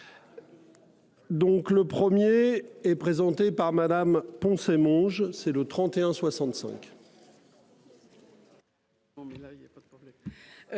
Donc le premier et présenté par Madame Poncet mange c'est le 31 65.